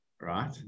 right